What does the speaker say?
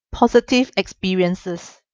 positive experiences